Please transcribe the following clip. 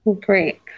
Great